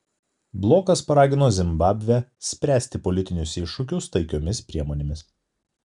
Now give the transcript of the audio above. blokas paragino zimbabvę spręsti politinius iššūkius taikiomis priemonėmis